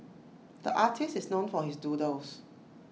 the artist is known for his doodles